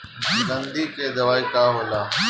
गंधी के दवाई का होला?